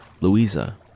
Louisa